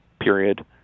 Period